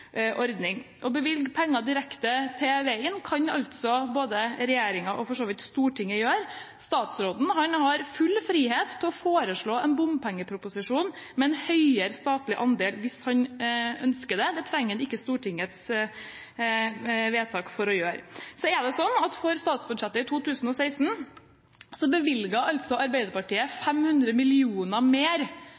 ordning. Å bevilge penger direkte til veien kan altså både regjeringen og Stortinget gjøre. Statsråden har full frihet til å foreslå en bompengeproposisjon med en høyere statlig andel hvis han ønsker det. Det trenger han ikke Stortingets vedtak for å gjøre. For statsbudsjettet 2016 foreslo Arbeiderpartiet å bevilge 500 mill. kr mer